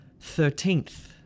Thirteenth